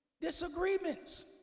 disagreements